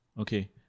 Okay